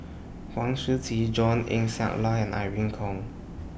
Huang Shiqi John Eng Siak Loy and Irene Khong